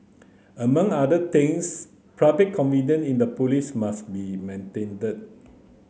among other things confidence in the police must be maintained